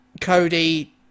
Cody